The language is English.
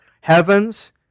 heavens